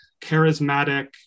charismatic